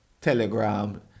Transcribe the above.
Telegram